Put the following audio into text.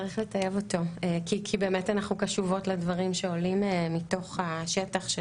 צריך לטייב אותו כי באמת אנחנו קשובות לדברים שעולים מתוך השטח.